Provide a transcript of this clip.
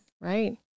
right